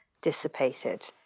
dissipated